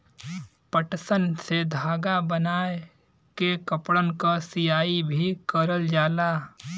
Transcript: पटसन से धागा बनाय के कपड़न क सियाई भी करल जाला